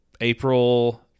April